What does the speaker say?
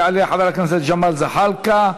יעלה חבר הכנסת ג'מאל זחאלקה,